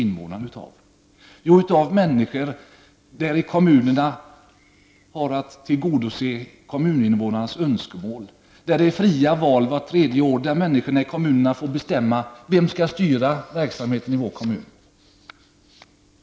Jo, kommunen består av människor, och kommunen har att tillgodose kommuninvånarnas önskemål. Det är i kommunerna fria val vart tredje år, och människorna i kommunerna får då bestämma vem som skall styra verksamheten i deras kommun.